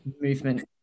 movement